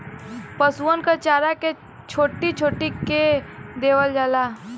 पसुअन क चारा के छोट्टी छोट्टी कै देवल जाला